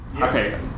Okay